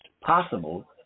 possible